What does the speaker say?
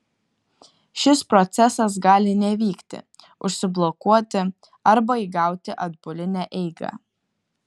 šis procesas gali nevykti užsiblokuoti arba įgauti atbulinę eigą